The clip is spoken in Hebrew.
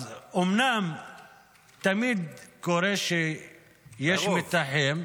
אז אומנם תמיד קורה שיש מתחים.